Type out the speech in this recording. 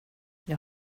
jag